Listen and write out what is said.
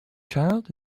child